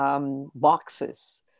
boxes